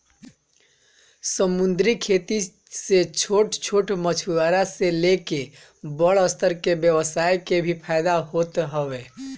समंदरी खेती से छोट छोट मछुआरा से लेके बड़ स्तर के व्यवसाय के भी फायदा होत हवे